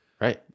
Right